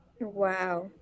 Wow